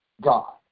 God